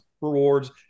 rewards